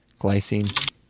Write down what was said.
glycine